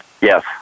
Yes